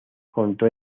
contó